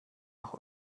nach